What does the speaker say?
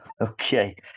Okay